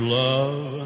love